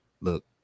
look